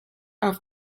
auf